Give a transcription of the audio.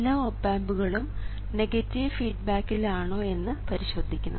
എല്ലാ ഓപ് ആമ്പുകളും നെഗറ്റീവ് ഫീഡ്ബാക്കിൽ ആണോ എന്ന് പരിശോധിക്കണം